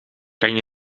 kan